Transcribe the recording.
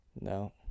No